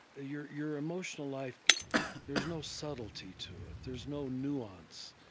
ah your your emotional life there's no subtlety to it, there's no nuance,